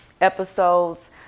episodes